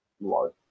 low